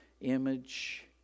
image